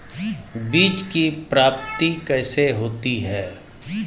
बीज की प्राप्ति कैसे होती है?